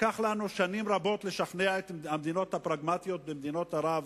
לקח לנו שנים רבות לשכנע את המדינות הפרגמטיות במדינות ערב,